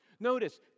Notice